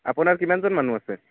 আপোনাৰ কিমানজন মানুহ আছে